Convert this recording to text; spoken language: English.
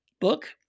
book